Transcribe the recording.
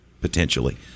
potentially